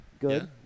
Good